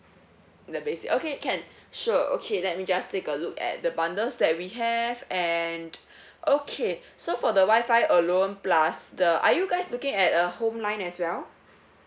the basic okay can sure okay let me just take a look at the bundles that we have and okay so for the WIFI alone plus the are you guys looking at a home line as well